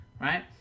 right